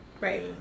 Right